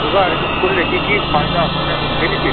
যোগা এরকম করলে কী কী ফায়দা মানে বেনিফিটস